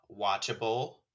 watchable